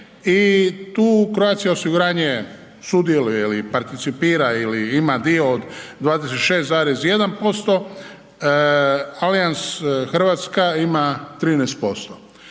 tu Croatia osiguranje sudjeluje ili participira ili ima dio od 26,1%, Allianz Hrvatska ima 13%.